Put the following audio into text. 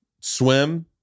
swim